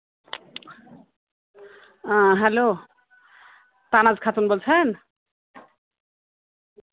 hello Tanaz Khatun বলছেন